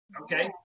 Okay